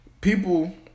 people